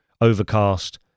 Overcast